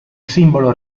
simbolo